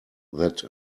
that